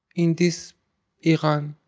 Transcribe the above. in this iran.